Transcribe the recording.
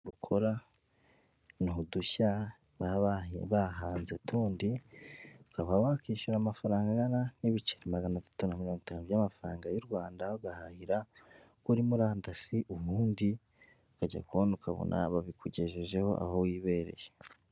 Gukora ni udushya baba bahanze tundi, ukaba wakishyura amafaranga angana n'ibice magana atatu na mirongo itanu by'amafaranga y'u Rwanda, ugahahira kuri murandasi, ubundi ukajya kubona ukabona babikugejejeho aho wibereye.